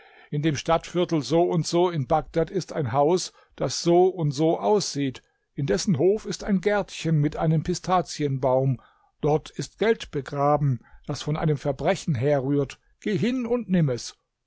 in dem stadtviertel n n in bagdad ist ein haus das so und so aussieht in dessen hof ist ein gärtchen mit einem pistazienbaum dort ist geld begraben das von einem verbrechen herrührt geh hin und nimm es